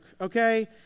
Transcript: okay